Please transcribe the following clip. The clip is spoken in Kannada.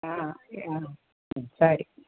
ಹಾಂ ಹಾಂ ಹ್ಞೂ ಸರಿ